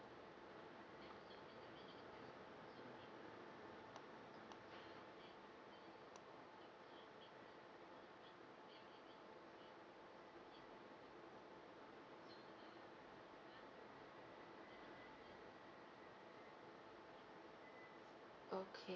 okay